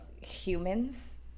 humans